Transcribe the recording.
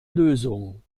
lösung